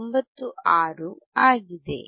96 ಆಗಿದೆ